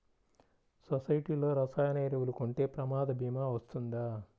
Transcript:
సొసైటీలో రసాయన ఎరువులు కొంటే ప్రమాద భీమా వస్తుందా?